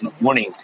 morning